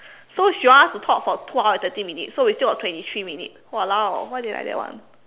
so she wants us to talk for two hours and thirty minutes so we still got twenty three minutes !walao! why they like that one